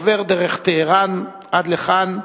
עובר דרך טהרן, עד לכאן,